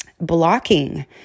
blocking